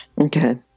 Okay